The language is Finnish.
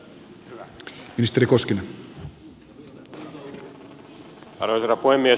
arvoisa herra puhemies